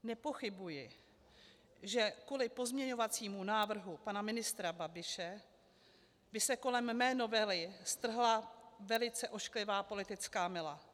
Nepochybuji, že kvůli pozměňovacímu návrhu pana ministra Babiše by se kolem mé novely strhla velice ošklivá politická mela.